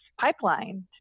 pipeline